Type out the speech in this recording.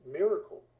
miracle